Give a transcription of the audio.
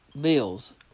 bills